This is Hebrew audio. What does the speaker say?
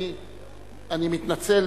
אני מתנצל,